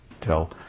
tell